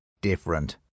different